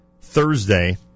Thursday